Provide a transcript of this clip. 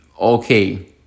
Okay